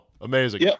Amazing